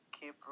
keep